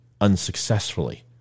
unsuccessfully